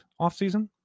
offseason